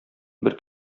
бер